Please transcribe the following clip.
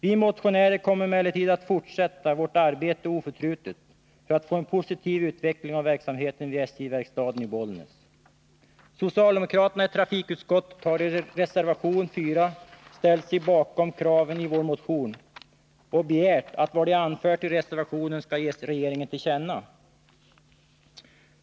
Vi motionärer kommer emellertid att fortsätta vårt arbete oförtrutet, för att få en positiv utveckling av verksamheten vid SJ-verkstaden i Bollnäs. Socialdemokraterna i trafikutskottet har i reservation nr 4 ställt sig bakom kraven i vår motion och begärt att vad de anfört i reservationen skall ges regeringen till känna.